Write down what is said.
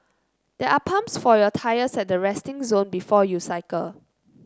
there are pumps for your tyres at the resting zone before you cycle